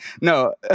no